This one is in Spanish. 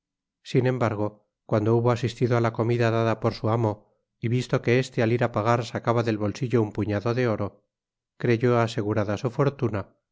sin embargo cuando hubo asistido á la comida dada por su amo y visto que este al ir á pagar sacaba del bolsillo un puñado de oro creyó asegurada su fortuna